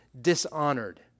dishonored